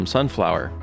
Sunflower